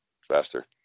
faster